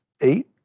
Eight